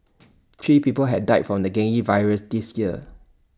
three people have died from the virus this year